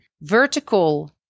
vertical